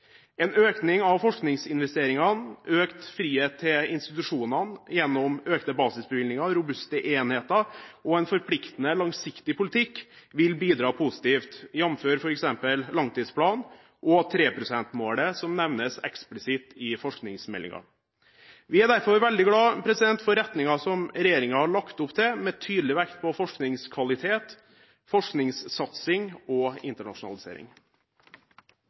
En økning av forskningsinvesteringene, økt frihet til institusjonene gjennom økte basisbevilgninger, robuste enheter og en forpliktende, langsiktig politikk vil bidra positivt, jf. f.eks. langtidsplanen og 3 pst.-målet, som nevnes eksplisitt i forskningsmeldingen. Vi er derfor veldig glad for retningen som regjeringen har lagt opp til, med tydelig vekt på forskningskvalitet, forskningssatsing og internasjonalisering.